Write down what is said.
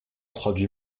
traduit